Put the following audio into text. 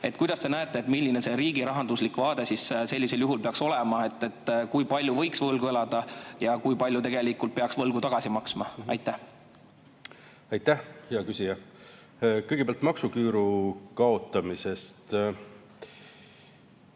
Kuidas te näete, milline meie riigi rahanduslik vaade siis sellisel juhul peaks olema? Kui palju võiks võlgu elada ja kui palju tegelikult peaks võlgu tagasi maksma? Aitäh, hea küsija! Kõigepealt maksuküüru kaotamisest.